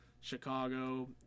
Chicago